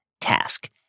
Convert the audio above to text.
task